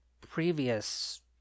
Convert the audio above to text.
previous